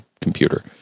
computer